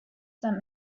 sent